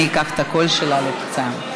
אני אקח את הקול שלה לתוצאה.